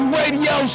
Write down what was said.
Radio